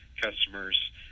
customers